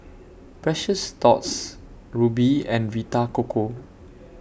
Precious Thots Rubi and Vita Coco